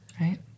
Right